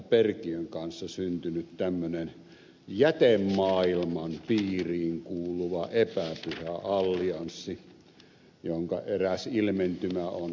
perkiön kanssa syntynyt tämmöinen jätemaailman piiriin kuuluva epäpyhä allianssi jonka eräs ilmentymä on ed